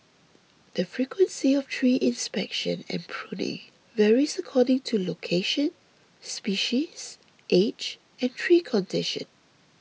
the frequency of tree inspection and pruning varies according to location species age and tree condition